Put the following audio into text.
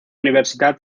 universidad